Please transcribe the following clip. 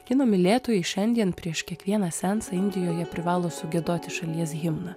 kino mylėtojai šiandien prieš kiekvieną seansą indijoje privalo sugiedoti šalies himną